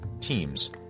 teams